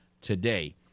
today